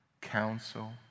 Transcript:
counsel